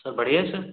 sir बढ़िया है sir